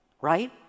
right